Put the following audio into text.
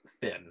thin